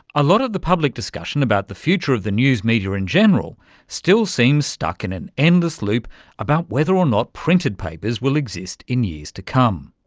a lot of the public discussion about the future of the news media in general still seems stuck in an endless loop about whether or not printed papers will exist in years to come.